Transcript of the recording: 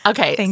Okay